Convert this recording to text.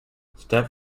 step